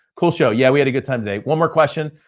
cool show, yeah, we had a good time today. one more question.